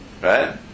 Right